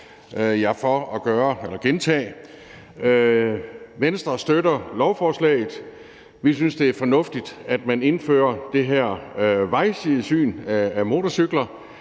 jer for at gentage. Venstre støtter lovforslaget. Vi synes, det er fornuftigt, at man indfører det her vejsidesyn af motorcykler.